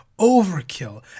overkill